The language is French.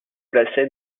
placé